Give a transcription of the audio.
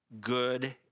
good